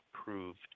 approved